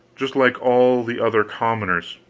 just like all the other commoners.